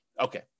okay